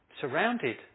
surrounded